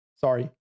sorry